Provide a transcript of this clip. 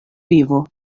vivo